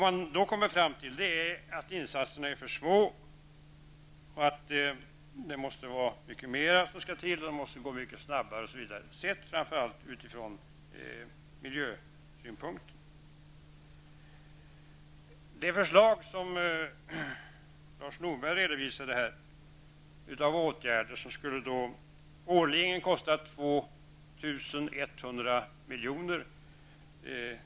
Man kommer fram till, sett framför allt ur miljösynpunkt, att insatserna är för små, att det måste gå mycket snabbare osv. De förslag till åtgärder som Lars Norberg redovisade skulle årligen kosta 2 100 miljoner.